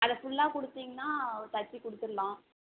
அதை ஃபுல்லாக கொடுத்தீங்கன்னா தைச்சு கொடுத்துர்லாம்